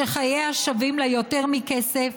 שחייה שווים לה יותר מכסף,